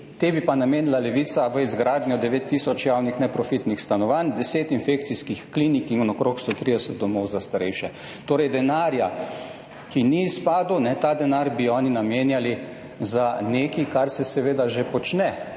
te bi pa namenila Levica v izgradnjo 9 tisoč javnih neprofitnih stanovanj, 10 infekcijskih klinik in okrog 130 domov za starejše. Torej denarja, ki ni izpadel, ta denar bi oni namenjali za nekaj, kar se seveda že počne.